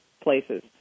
places